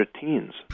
teens